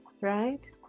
right